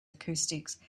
acoustics